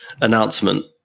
announcement